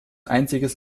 einziges